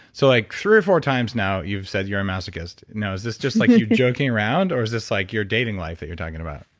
so like three or four times now you've said you're a masochist, now is this just like you're joking around or is this like your dating life that you're talking about?